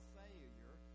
failure